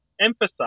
emphasize